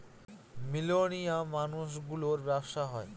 millennial মানুষ গুলোর ব্যাবসা হয়